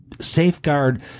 safeguard